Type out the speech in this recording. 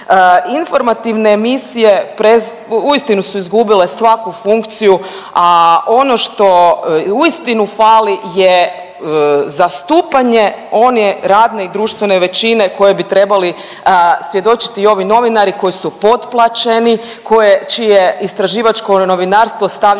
Informativne emisije uistinu su izgubile svaku funkciju, a ono što uistinu fali je zastupanje one radne i društvene većine koje bi trebali svjedočiti ovi novinari koji su potplaćeni, čije je istraživačko novinarstvo stavljeno